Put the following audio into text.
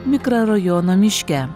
mikrorajono miške